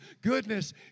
goodness